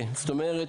את אומרת